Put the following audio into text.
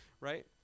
right